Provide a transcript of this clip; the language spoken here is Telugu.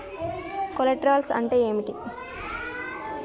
కొలేటరల్స్ అంటే ఏంటిది?